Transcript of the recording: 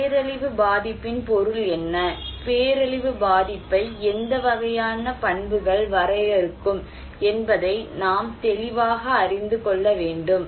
பேரழிவு பாதிப்பின் பொருள் என்ன பேரழிவு பாதிப்பை எந்த வகையான பண்புகள் வரையறுக்கும் என்பதை நாம் தெளிவாக அறிந்து கொள்ள வேண்டும்